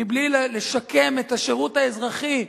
מבלי לשקם את השירות האזרחי,